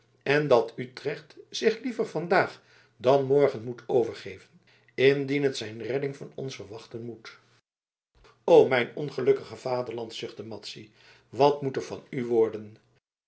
en dat utrecht zich liever vandaag dan morgen moet overgeven indien het zijn redding van ons verwachten moet o mijn ongelukkig vaderland zuchtte madzy wat moet er van u worden